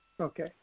Okay